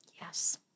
Yes